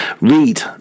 read